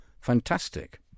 fantastic